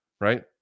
right